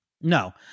No